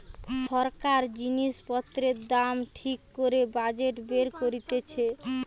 সরকার জিনিস পত্রের দাম ঠিক করে বাজেট বের করতিছে